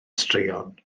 straeon